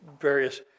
various